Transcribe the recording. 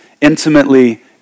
intimately